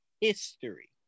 history